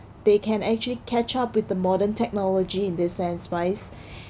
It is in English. they can actually catch up with the modern technology in this sense wise